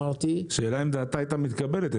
השאלה אם דעתה הייתה מתקבלת.